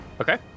Okay